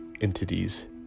entities